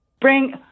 Bring